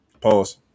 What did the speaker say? Pause